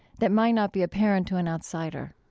that might not be apparent to an outsider?